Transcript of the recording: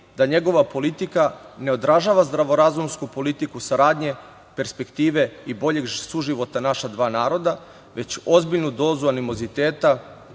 da njegova politika ne odražava zdravorazumsku politiku saradnje, perspektive i boljeg suživota naša dva naroda, već ozbiljnu dozu animoziteta